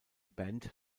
band